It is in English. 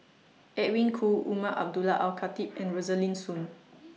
Edwin Koo Umar Abdullah Al Khatib and Rosaline Soon